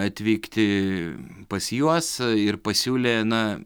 atvykti pas juos ir pasiūlė na